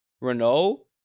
Renault